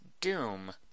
Doom